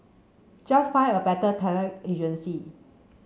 just find a better talent agency